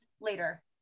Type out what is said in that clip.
later